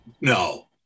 No